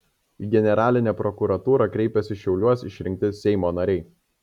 į generalinę prokuratūrą kreipėsi šiauliuos išrinkti seimo nariai